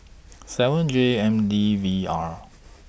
seven J M D V R